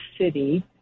city